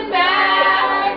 back